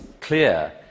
clear